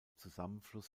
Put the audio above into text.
zusammenfluss